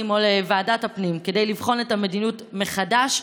או לוועדת הפנים כדי לבחון את המדיניות מחדש,